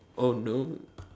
oh no